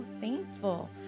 thankful